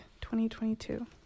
2022